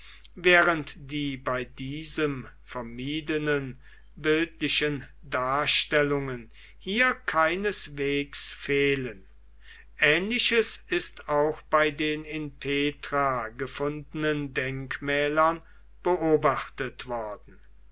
während die bei diesem vermiedenen bildlichen darstellungen hier keineswegs fehlen ähnliches ist auch bei den in petra gefundenen denkmälern beobachtet worden